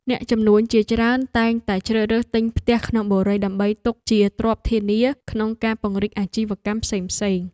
អ្នកជំនួញជាច្រើនតែងតែជ្រើសរើសទិញផ្ទះក្នុងបុរីដើម្បីទុកជាទ្រព្យធានាក្នុងការពង្រីកអាជីវកម្មផ្សេងៗ។